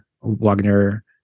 Wagner